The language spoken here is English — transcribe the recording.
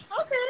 Okay